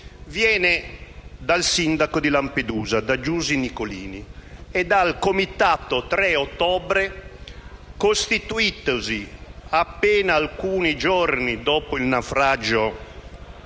viene dal sindaco di Lampedusa, Giusi Nicolini, e dal Comitato 3 ottobre, costituitosi appena alcuni giorni dopo il naufragio